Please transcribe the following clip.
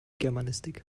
germanistik